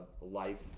life